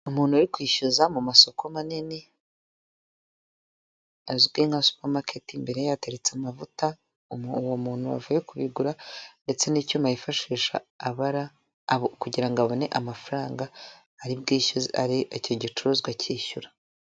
umuntu uri kwishyuza mu masoko manini azwi nka supermarket mbere yateretse amavuta uwo muntu wavuye kugura ndetse n'icyuma yifashisha abara kugirango abone amafaranga ari bwishyu ari icyo gicuruzwa cyishyura